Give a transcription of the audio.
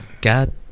God